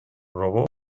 robó